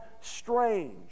strange